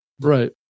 right